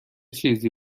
چیزی